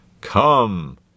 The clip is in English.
Come